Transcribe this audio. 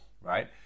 right